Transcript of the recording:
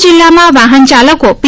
ડાંગ જિલ્લામાં વાહન ચાલકો પી